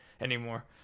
anymore